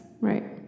right